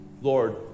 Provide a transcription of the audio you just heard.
Lord